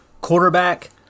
Quarterback